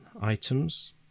items